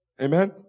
Amen